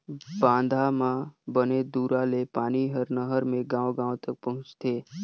बांधा म बने दूरा ले पानी हर नहर मे गांव गांव तक पहुंचथे